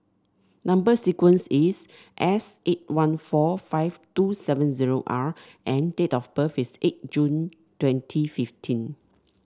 number sequence is S eight one four five two seven zero R and date of birth is eight June twenty fifteen